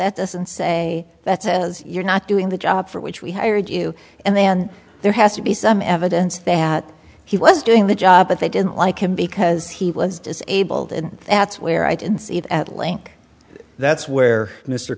that doesn't say that says you're not doing the job for which we hired you and then there has to be some evidence that he was doing the job but they didn't like him because he was disabled and that's where i didn't see it at link that's where m